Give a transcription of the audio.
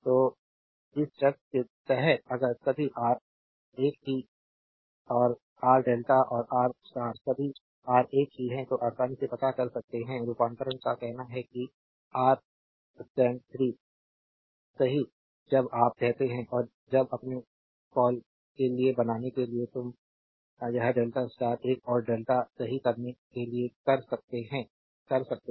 तो इस शर्त के तहत अगर सभी आर एक ही और आर डेल्टा और आर स्टार सभी आर एक ही है तो आसानी से पता कर सकते है रूपांतरण का कहना है कि आर स्टैंड 3 सही जब आप कहते है और जब अपने क्या कॉल के लिए बनाने के लिए एक तुम यह डेल्टा स्टार एक और डेल्टा सही करने के लिए कर सकते है कर सकते हैं